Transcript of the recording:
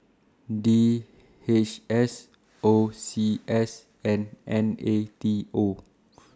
D H S O C S and N A T O